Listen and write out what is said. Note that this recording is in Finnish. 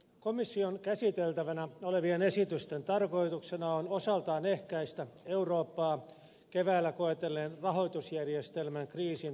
komission käsiteltävänä olevien esitysten tarkoituksena on osaltaan ehkäistä eurooppaa keväällä koetelleen rahoitusjärjestelmän kriisin toistuminen